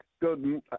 good